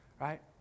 right